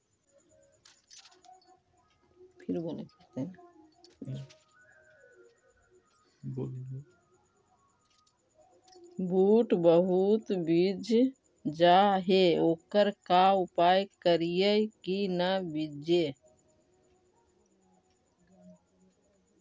बुट बहुत बिजझ जा हे ओकर का उपाय करियै कि न बिजझे?